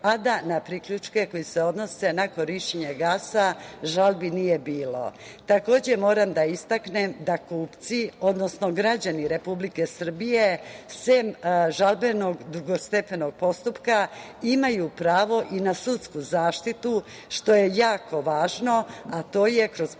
a da na priključke koji se odnose na korišćenje gasa žalbi nije bilo. Takođe moram da istaknem da kupci, odnosno građani Republike Srbije sem žalbenog drugostepenog postupka imaju pravo i na sudsku zaštitu što je jako važno, a to je kroz pokretanje